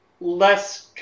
less